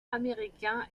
américain